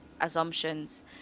assumptions